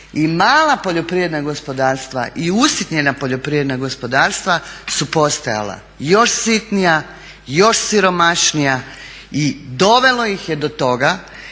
i mala poljoprivredna gospodarstva i usitnjena poljoprivredna gospodarstva su postajala još sitnija, još siromašnija i dovelo iz je do toga